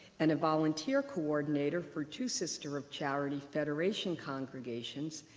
and a volunteer coordinator for two sisters of charity federation congregations,